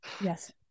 Yes